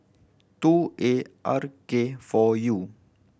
two A R K four U